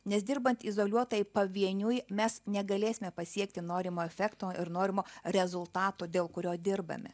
nes dirbant izoliuotai pavieniui mes negalėsime pasiekti norimo efekto ir norimo rezultato dėl kurio dirbame